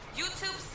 youtube